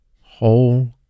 whole